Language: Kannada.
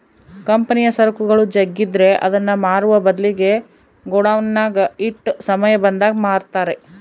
ಕಂಪನಿಯ ಸರಕುಗಳು ಜಗ್ಗಿದ್ರೆ ಅದನ್ನ ಮಾರುವ ಬದ್ಲಿಗೆ ಗೋಡೌನ್ನಗ ಇಟ್ಟು ಸಮಯ ಬಂದಾಗ ಮಾರುತ್ತಾರೆ